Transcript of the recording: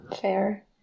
Fair